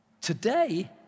Today